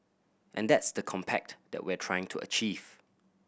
and that's the compact that we're trying to achieve